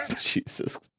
Jesus